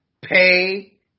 Pay